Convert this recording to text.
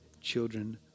children